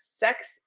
sex